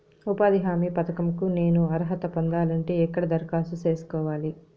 ఉపాధి హామీ పథకం కు నేను అర్హత పొందాలంటే ఎక్కడ దరఖాస్తు సేసుకోవాలి?